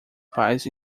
paz